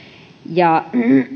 ja